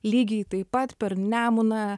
lygiai taip pat per nemuną